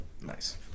Nice